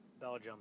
Belgium